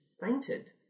fainted